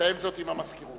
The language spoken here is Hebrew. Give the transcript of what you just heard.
לתאם זאת עם המזכירות.